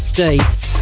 States